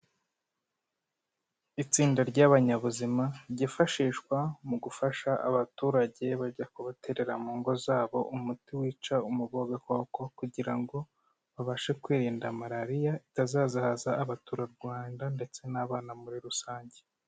Itsinda ry'abanyabuzima ryifashishwa mu gufasha abaturage bajya kubaterera mu ngo zabo umuti wica umubu w'agakoko kugira ngo babashe kwirinda Malariya itazazahaza abaturarwanda ndetse n'abana muri rusange.